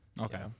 Okay